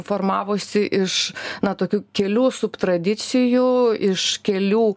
formavosi iš na tokių kelių subtradicijų iš kelių